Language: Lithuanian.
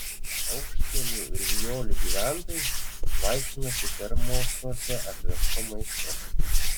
aukštkiemių ir vijolių gyventojai vaišinosi termosuose atvežtu maistu